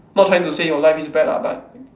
not trying to say your life is bad lah but